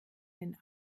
den